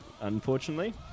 unfortunately